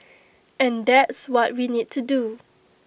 and that's what we need to do